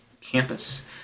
campus